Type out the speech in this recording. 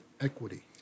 equity